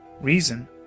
reason